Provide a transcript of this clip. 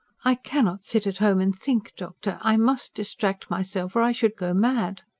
i cannot sit at home and think, doctor. i must distract myself or i should go mad.